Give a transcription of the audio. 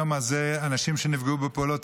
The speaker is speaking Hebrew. מדובר במצב שעד היום הזה אנשים שנפגעו בפעולות